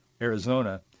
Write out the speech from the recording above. Arizona